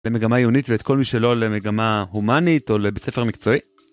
למגמה עיונית ואת כל מי שלא למגמה הומאנית או לבית ספר מקצועי.